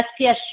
SPS